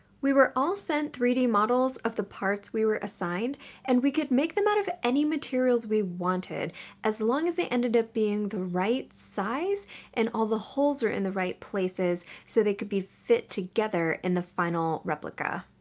we were all sent three d models of the parts we were assigned and we could make them out of any materials we wanted as long as they ended up being the right size and all the holes are in the right places so they could be fit together in the final replica.